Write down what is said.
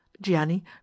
Gianni